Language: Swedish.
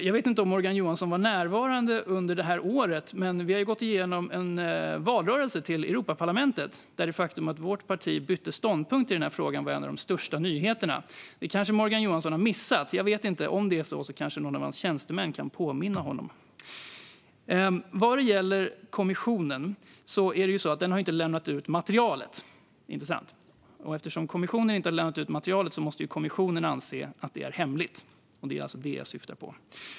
Jag vet inte om Morgan Johansson varit närvarande under året, men vi har gått igenom en valrörelse till Europaparlamentet där det faktum att mitt parti bytte ståndpunkt i den här frågan var en av de största nyheterna. Det kanske Morgan Johansson har missat - jag vet inte. Om det är så kanske någon av hans tjänstemän kan upplysa honom om det. Vad gäller kommissionen har den ju inte lämnat ut materialet. Inte sant? Och eftersom kommissionen inte har lämnat ut materialet måste kommissionen anse att det är hemligt. Det är alltså det jag syftar på.